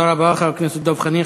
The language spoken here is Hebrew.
תודה רבה, חבר הכנסת דב חנין.